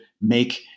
make